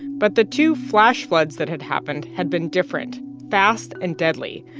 but the two flash floods that had happened had been different fast and deadly.